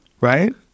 Right